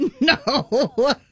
no